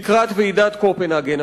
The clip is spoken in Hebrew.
לקראת ועידת קופנהגן.